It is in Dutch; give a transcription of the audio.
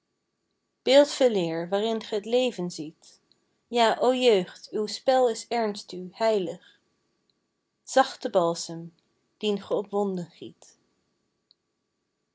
beeld veeleer waarin ge t leven ziet ja o jeugd uw spel is ernst u heilig zachte balsem dien ge op wonden giet